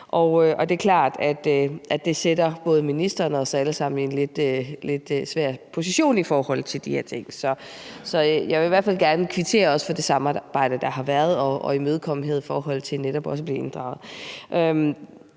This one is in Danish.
det sætter både ministeren og os alle sammen i en lidt svær position i forhold til de her ting. Så jeg vil i hvert fald gerne kvittere også for det samarbejde, der har været, og imødekommenhed i forhold til netop også at blive inddraget.